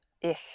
Ich